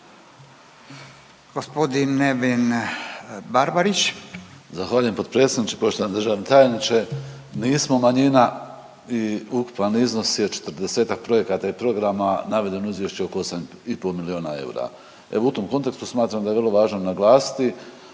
Nevenko (HDZ)** Zahvaljujem potpredsjedniče. Poštovani državni tajniče nismo manjina i ukupan iznos je 40-tak projekata i programa navedeno u izvješću oko 8 i pol milijuna eura. Evo u tom kontekstu smatram da je vrlo važno naglasiti